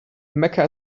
mecca